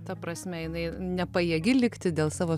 ta prasme jinai nepajėgi likti dėl savo